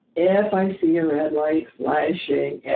if i see a red light flashing, yeah,